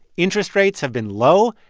interest rates have been low.